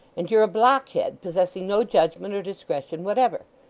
and you're a blockhead, possessing no judgment or discretion whatever.